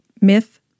Myth